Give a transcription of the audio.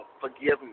Forgiveness